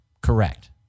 correct